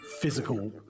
physical